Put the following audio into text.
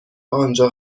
آنجا